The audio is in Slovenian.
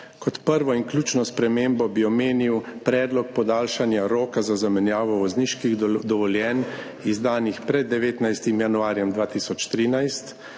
Kot prvo in ključno spremembo bi omenil predlog podaljšanja roka za zamenjavo vozniških dovoljenj, izdanih pred 19. januarjem 2013,